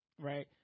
right